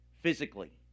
physically